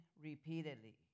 repeatedly